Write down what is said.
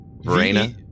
Verena